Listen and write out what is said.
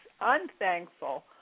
unthankful